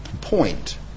point